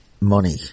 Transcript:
money